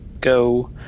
go